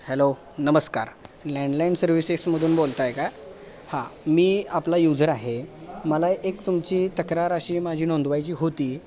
hello नमस्कार landline सर्विसेसमधून बोलताय का हां मी आपला युजर आहे मला एक तुमची तक्रार अशी माझी नोंदवायची होती